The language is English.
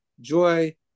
joy